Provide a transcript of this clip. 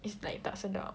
it's like tak sedap